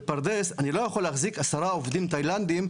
בפרדס אני לא יכול להחזיק עשרה עובדים תאילנדים,